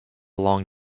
long